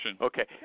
Okay